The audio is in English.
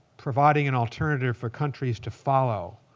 providing an alternative for countries to follow.